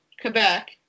Quebec